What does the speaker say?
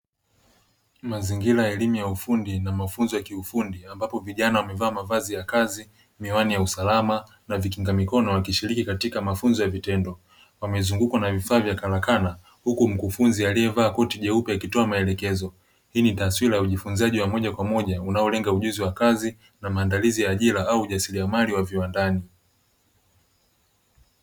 Mazingira ya elimu ya ufundi na mafunzo ya kiufundi ambapo vijana wamevaa mavazi ya kazi ,miwani ya usalama na vikinga mikono ,wakishiriki katika mafunzo ya vitendo, wamezungukwa na vifaa vya karakana huku mkufunzi aliyevaa koti jeupe akitoa maelekezo. Hii ni taswira ya ujifunzaji wa moja kwa moja unaolenga ujuzi wa kazi na maandalizi ya kazi au ujasiliamali wa viwandani.